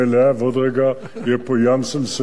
ועוד רגע יהיה פה ים של שאילתות.